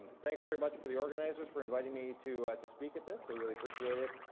thanks very much for the organizers for inviting me to to speak at this, i really appreciate it.